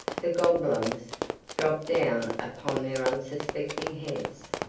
the goblins dropped down upon their unsuspecting heads.